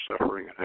suffering